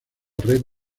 red